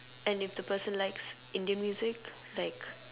and if the person likes Indian music like